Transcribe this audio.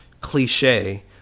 cliche